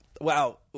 wow